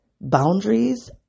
boundaries